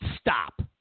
Stop